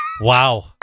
Wow